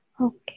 Okay